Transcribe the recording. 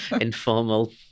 informal